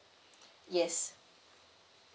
yes